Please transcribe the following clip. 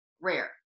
rare